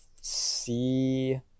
see